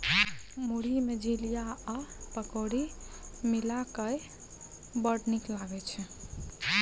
मुरही मे झिलिया आ पकौड़ी मिलाकए बड़ नीक लागय छै